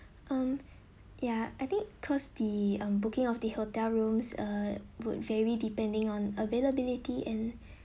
um ya I think cause the um booking of the hotel rooms uh would vary depending on availability and